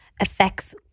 affects